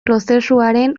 prozesuaren